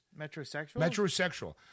Metrosexual